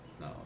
No